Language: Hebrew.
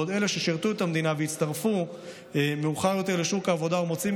בעוד אלה ששירתו את המדינה והצטרפו מאוחר יותר לשוק העבודה מוצאים